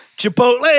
Chipotle